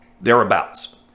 thereabouts